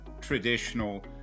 traditional